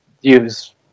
use